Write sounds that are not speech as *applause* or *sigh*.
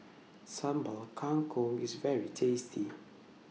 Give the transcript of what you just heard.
Sambal Kangkong IS very tasty *noise*